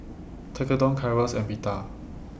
Tekkadon Gyros and Pita